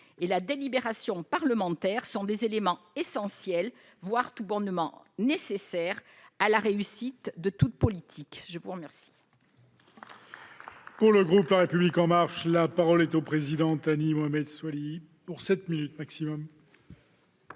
et la délibération parlementaire sont des éléments essentiels, voire tout bonnement nécessaires à la réussite de toute politique. La parole